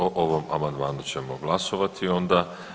O ovom amandmanu ćemo glasovati onda.